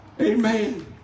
Amen